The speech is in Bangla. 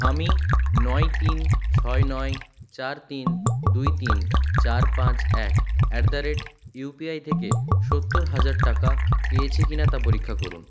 আমি নয় তিন ছয় নয় চার তিন দুই তিন চার পাঁচ এক অ্যাট দ্য রেট ইউপিআই থেকে সত্তর হাজার টাকা পেয়েছি কিনা তা পরীক্ষা করুন